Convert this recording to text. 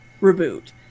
reboot